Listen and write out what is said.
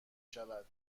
شود